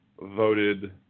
voted